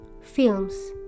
films